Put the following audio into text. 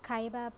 ଖାଇବା